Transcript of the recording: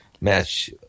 match